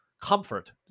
comfort